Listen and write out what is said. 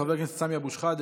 חבר הכנסת סמי אבו שחאדה,